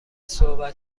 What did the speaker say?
صحبت